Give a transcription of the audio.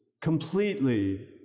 completely